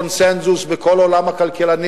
היא, היום יש קונסנזוס בכל עולם הכלכלנים,